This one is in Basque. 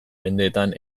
mendeetan